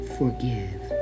forgive